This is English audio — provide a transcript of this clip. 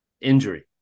injury